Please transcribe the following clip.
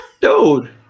dude